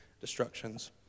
destructions